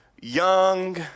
young